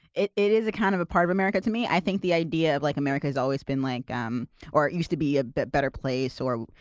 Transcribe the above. it it is kind of a part of america to me. i think the idea of like america has always been, like um or it used to be ah a better place or,